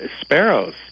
sparrows